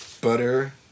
butter